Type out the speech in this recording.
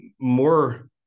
more